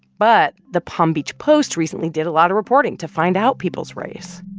but the palm beach post recently did a lot of reporting to find out people's race.